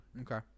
Okay